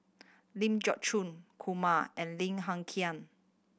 Ling Geok Choon Kumar and Lim Hng Kiang